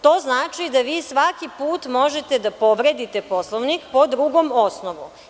To znači da vi svaki put možete da povredite Poslovnik po drugom osnovu.